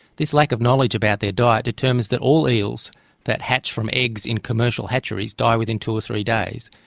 this lack of knowledge about their diet determines that all eels that hatch from eggs in commercial hatcheries die within two or three days,